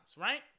right